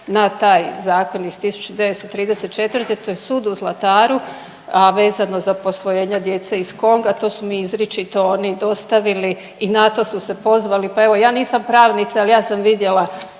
na taj zakon iz 1934., to je sud u Zlataru, a vezano za posvojenja djece iz Konga, to su mi izričito oni dostavili i na to su se pozvali, pa evo, ja nisam pravnica, ali ja sam vidjela